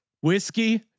whiskey